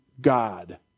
God